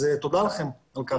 אז תודה לכם על כך.